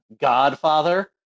Godfather